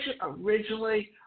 originally